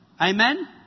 Amen